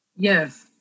Yes